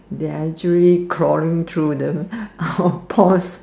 there are actually chlorine through the soft pond